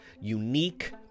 unique